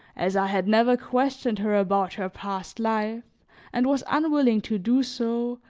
as i had never questioned her about her past life and was unwilling to do so,